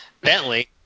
Bentley